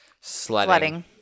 Sledding